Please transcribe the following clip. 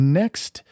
next